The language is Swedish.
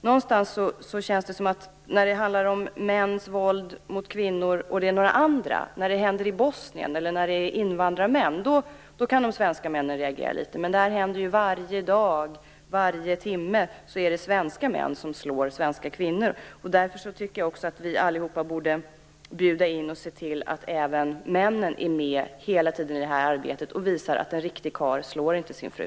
Någonstans känns det som att när det handlar om mäns våld mot kvinnor och det händer i Bosnien eller rör sig om invandrarmän, då kan de svenska männen reagera litet. Men det händer varje dag, varje timme att svenska män slår svenska kvinnor. Därför borde vi alla se till att även männen hela tiden är med i arbetet och visar att en riktig karl inte slår sin fru.